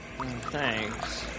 Thanks